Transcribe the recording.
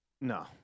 no